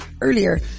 earlier